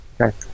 Okay